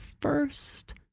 first